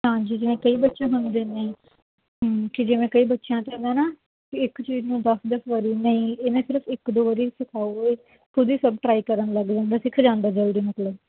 ਹਾਂਜੀ ਜਿਵੇਂ ਕਈ ਬੱਚੇ ਹੁੰਦੇ ਨੇ ਕਿ ਜਿਵੇਂ ਕਈ ਬੱਚਿਆਂ ਤਾਂ ਇੱਦਾਂ ਨਾ ਵੀ ਇੱਕ ਚੀਜ਼ ਨੂੰ ਦਸ ਦਸ ਵਾਰੀ ਨਹੀਂ ਇਹਨੇ ਸਿਰਫ ਇੱਕ ਦੋ ਵਾਰੀ ਸਿਖਾਓ ਇਹ ਖੁਦ ਹੀ ਸਭ ਟਰਾਈ ਕਰਨ ਲੱਗ ਜਾਂਦਾ ਸਿੱਖ ਜਾਂਦਾ ਜਲਦੀ ਮਤਲਬ